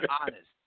honest